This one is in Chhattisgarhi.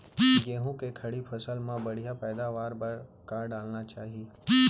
गेहूँ के खड़ी फसल मा बढ़िया पैदावार बर का डालना चाही?